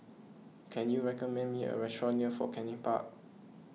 can you recommend me a restaurant near Fort Canning Park